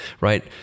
right